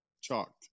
chalked